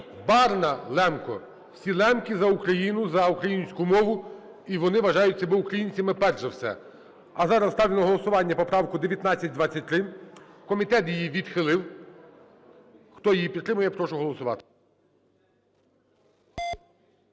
Барна – лемко. Всі лемки – за Україну, за українську мову, і вони вважають себе українцям перш за все. А зараз ставлю на голосування поправку 1923. Комітет її відхилив, хто її підтримує, я прошу голосувати.